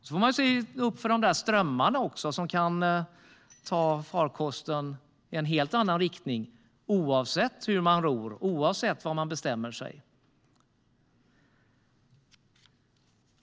Man får också se upp för strömmar som kan ta farkosten i en helt annan riktning, oavsett hur man ror och vad man bestämmer sig för.